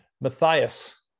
Matthias